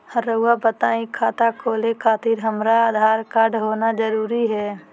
रउआ बताई खाता खोले खातिर हमरा आधार कार्ड होना जरूरी है?